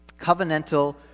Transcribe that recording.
Covenantal